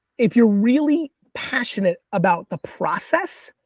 if you're really passionate about the process,